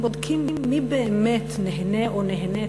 הם בודקים מי באמת נהנה או נהנית